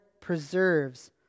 preserves